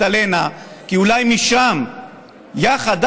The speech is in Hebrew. נאום של שלי יחימוביץ.